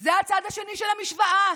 זה הצד השני של המשוואה.